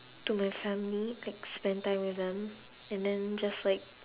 to my family like spend time with them and then just like